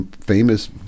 famous